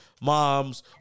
moms